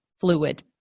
fluid